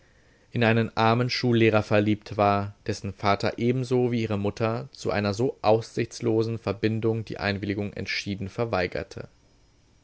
in einen armen schullehrer verliebt war dessen vater ebenso wie ihre mutter zu einer so aussichtslosen verbindung die einwilligung entschieden verweigerte